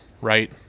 right